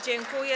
Dziękuję.